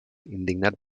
indignat